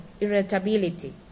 irritability